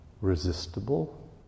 resistible